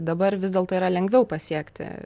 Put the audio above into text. dabar vis dėlto yra lengviau pasiekti